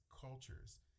cultures